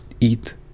eat